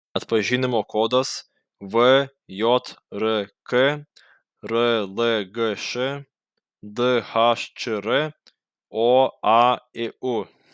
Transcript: atpažinimo kodas vjrk rlgš dhčr oaiu